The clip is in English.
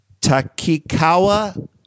Takikawa